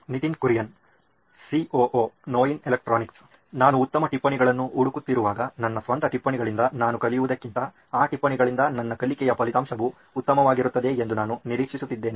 Nitin Kurian COO ನೋಯಿನ್ electronics ನಾನು ಉತ್ತಮ ಟಿಪ್ಪಣಿಗಳನ್ನು ಹುಡುಕುತ್ತಿರುವಾಗ ನನ್ನ ಸ್ವಂತ ಟಿಪ್ಪಣಿಗಳಿಂದ ನಾನು ಕಲಿಯುವುದಕ್ಕಿಂತ ಆ ಟಿಪ್ಪಣಿಗಳಿಂದ ನನ್ನ ಕಲಿಕೆಯ ಫಲಿತಾಂಶವು ಉತ್ತಮವಾಗಿರುತ್ತದೆ ಎಂದು ನಾನು ನಿರೀಕ್ಷಿಸುತ್ತಿದ್ದೇನೆ